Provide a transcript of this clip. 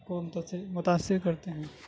کو متأثر متأثر کرتے ہیں